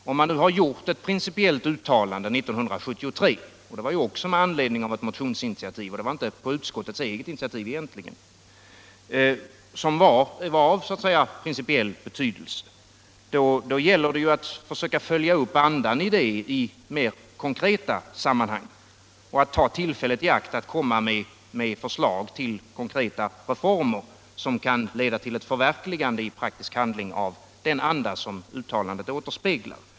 Sedan riksdagen har gjort ett uttalande 1973 — det var med anledning av en motion och inte egentligen på utskottets eget initiativ — som är av principicll betydelse, då gäller det att försöka följa upp andan i det uttalandet i mer konkreta sammanhang och ta tillfället i akt att komma med förslag till konkreta reformer som kan leda till ett förverkligande i praktisk handling av den anda som uttalandet återspeglar.